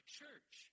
church